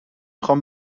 خوام